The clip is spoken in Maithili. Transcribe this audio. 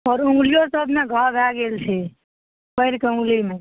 आओर उङ्गलिओ सबमे घाउ भए गेल छै पाएरके उङ्गलीमे